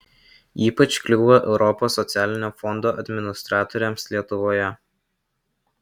ypač kliūva europos socialinio fondo administratoriams lietuvoje